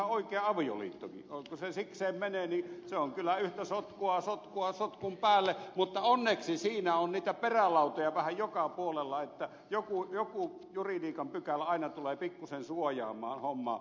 kun se sikseen menee se on kyllä yhtä sotkua sotkun päälle mutta onneksi siinä on niitä perälautoja vähän joka puolella että joku juridiikan pykälä aina tulee pikkuisen suojaamaan hommaa